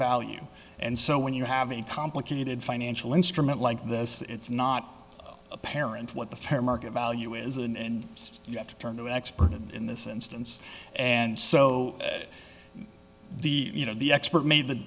value and so when you have a complicated financial instrument like this it's not apparent what the fair market value is and you have to turn to an expert in this instance and so the you know the expert made the